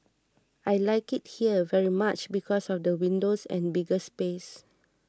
I like it here very much because of the windows and bigger space